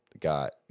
got